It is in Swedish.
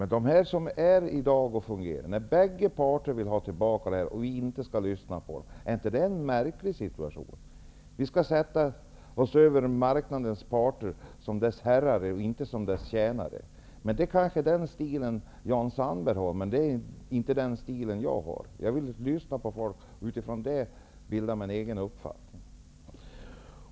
Är det inte en märklig situation när bägge parterna vill ha tillbaka regleringen och ingen vill lyssna på dem? Vi skall alltså sätta oss över marknadens parter som dess herrar och inte vara dessa tjänare. Det är kanske den stil Jan Sandberg har, men det är inte den stil jag har. Jag vill lyssna på folk och därefter bilda mig en egen uppfattning.